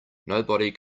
nobody